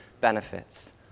benefits